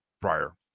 prior